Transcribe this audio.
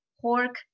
pork